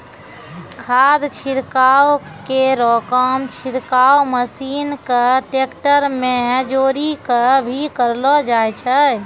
खाद छिड़काव केरो काम छिड़काव मसीन क ट्रेक्टर में जोरी कॅ भी करलो जाय छै